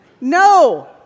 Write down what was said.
No